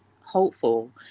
hopeful